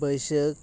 ᱵᱟᱹᱭᱥᱟᱹᱠ